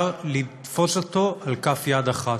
אפשר לתפוס אותו על כף יד אחת.